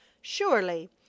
surely